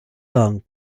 long